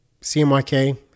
CMYK